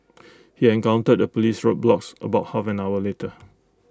he encountered A Police roadblocks about half an hour later